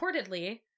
reportedly